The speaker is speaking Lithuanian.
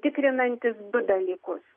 tikrinantis du dalykus